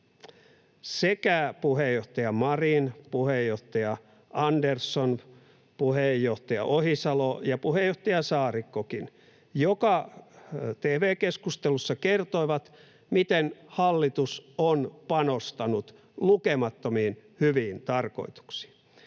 sekä puheenjohtaja Marin, puheenjohtaja Andersson, puheenjohtaja Ohisalo ja puheenjohtaja Saarikkokin joka tv-keskustelussa kertoivat, miten hallitus on panostanut lukemattomiin hyviin tarkoituksiin.